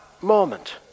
moment